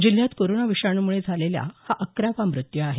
जिल्ह्यात कोरोना विषाणूमुळे झालेला हा अकरावा मृत्यू आहे